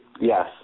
Yes